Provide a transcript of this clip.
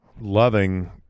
loving